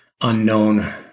unknown